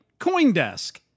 Coindesk